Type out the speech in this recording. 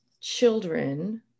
children